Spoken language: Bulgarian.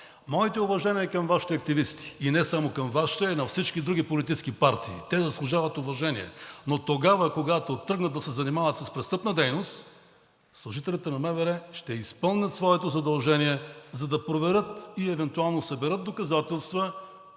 Моите уважения към Вашите активисти, и не само към Вашите, а и на всички други политически партии, те заслужават уважение. Но когато тръгнат да се занимават с престъпна дейност, служителите на МВР ще изпълнят своето задължение, за да проверят, евентуално да съберат доказателства